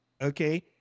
okay